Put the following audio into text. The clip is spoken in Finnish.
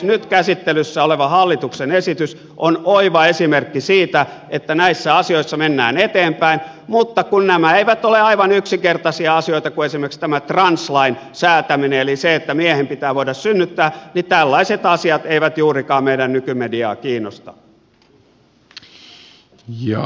nyt käsittelyssä oleva hallituksen esitys on oiva esimerkki siitä että näissä asioissa mennään eteenpäin mutta kun nämä eivät ole aivan yksinkertaisia asioita niin kuin esimerkiksi tämä translain säätäminen eli se että miehen pitää voida synnyttää niin tällaiset asiat eivät juurikaan meidän nykymediaa kiinnosta